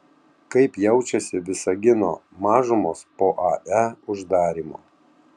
kaip jaučiasi visagino mažumos po ae uždarymo